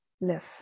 live